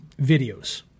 videos